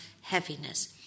heaviness